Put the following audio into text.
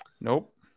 nope